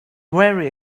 very